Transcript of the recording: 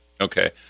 Okay